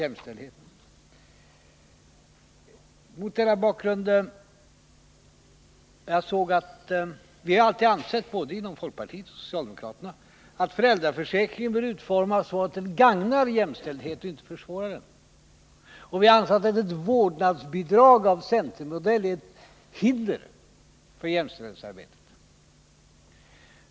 Folkpartiet och socialdemokratin har alltid ansett att föräldraförsäkringen bör utformas så att den gagnar jämställdheten och inte försvårar den. Vi anser att ett vårdnadsbidrag av centermodell är ett hinder för jämställdhetsarbetet.